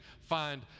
find